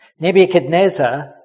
Nebuchadnezzar